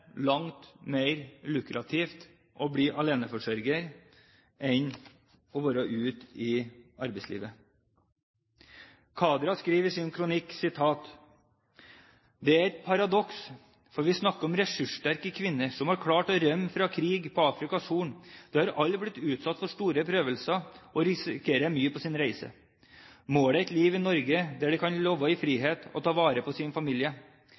langt mer lukrativt å bli aleneforsørger enn å være ute i arbeidslivet? Kadra skriver i sin kronikk: «Dette er et paradoks. For vi snakker om ressurssterke kvinner som har klart å rømme fra krig på Afrikas horn. De har alle blitt utsatt for store prøvelser og risikert mye på reisen. Målet er et liv i Norge der de kan leve i frihet – og ta vare på sin familie.